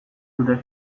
dute